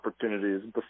opportunities